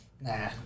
Nah